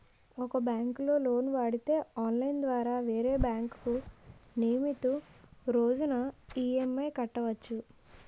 ఒక బ్యాంకులో లోను వాడితే ఆన్లైన్ ద్వారా వేరే బ్యాంకుకు నియమితు రోజున ఈ.ఎం.ఐ కట్టవచ్చు